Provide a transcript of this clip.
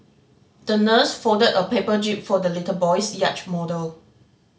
the nurse folded a paper jib for the little boy's yacht model